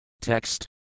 Text